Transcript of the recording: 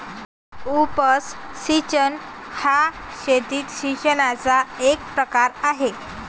उपसा सिंचन हा शेतात सिंचनाचा एक प्रकार आहे